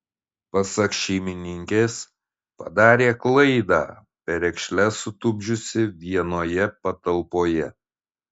pasak šeimininkės padarė klaidą perekšles sutupdžiusi vienoje patalpoje